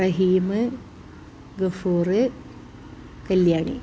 Rahim Gafoor Kalyani